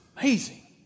amazing